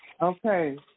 Okay